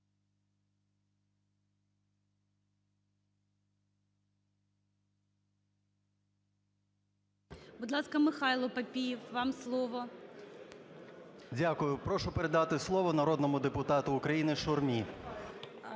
Дякую. Прошу передати слово народному депутату УкраїниШурмі.